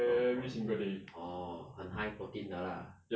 broccoli orh 很 high protein 的 lah